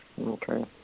Okay